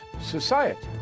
society